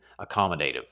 accommodative